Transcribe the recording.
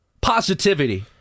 positivity